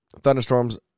thunderstorms